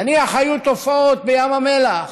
היו תופעות, בים המלח